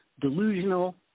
delusional